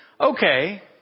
okay